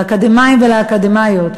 לאקדמאים ולאקדמאיות,